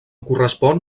correspon